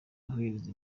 abohereza